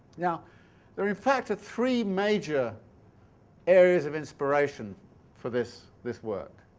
yeah there are in fact three major areas of inspiration for this this work,